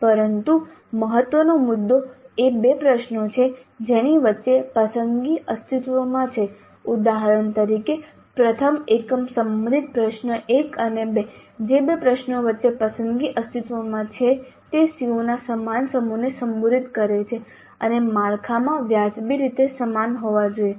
પરંતુ મહત્વનો મુદ્દો એ બે પ્રશ્નો છે જેની વચ્ચે પસંદગી અસ્તિત્વમાં છે ઉદાહરણ તરીકે પ્રથમ એકમ સંબંધિત પ્રશ્ન 1 અને 2 જે બે પ્રશ્નો વચ્ચે પસંદગી અસ્તિત્વમાં છે તે CO ના સમાન સમૂહને સંબોધિત કરે છે અને માળખામાં વ્યાજબી રીતે સમાન હોવા જોઈએ